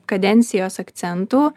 kadencijos akcentų